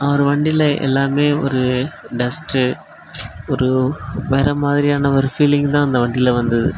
அவர் வண்டியில எல்லாமே ஒரு டஸ்ட் ஒரு வேற மாதிரியான ஒரு ஃபீலிங் தான் அந்த வண்டியில வந்தது